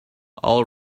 all